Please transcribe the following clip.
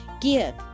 give